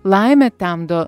laimę temdo